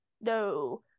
No